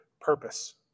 purpose